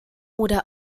oder